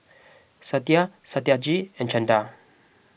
Satya Satyajit and Chanda